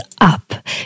up